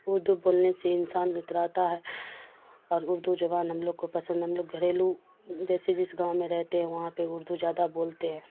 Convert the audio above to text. اردو بولنے سے انسان اتراتا ہے اور اردو زبان ہم لوگ کو پسند ہم لوگ گھریلو جیسے جس گاؤں میں رہتے ہیں وہاں پہ اردو زیادہ بولتے ہیں